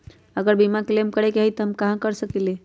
अगर बीमा क्लेम करे के होई त हम कहा कर सकेली?